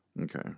Okay